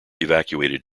evacuated